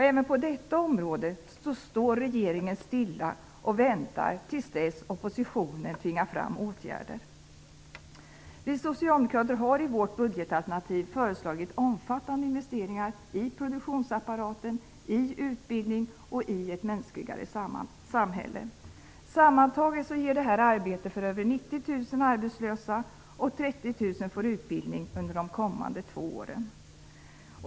Även på detta område står regeringen stilla och väntar till dess oppositionen tvingar fram åtgärder. Vi socialdemokrater har i vårt budgetalternativ föreslagit omfattande investeringar, i produktionsapparaten, i utbildning och i ett mänskligare samhälle. Sammantaget ger detta arbete för över 90 000 arbetslösa och 30 000 får utbildning under de kommande två åren.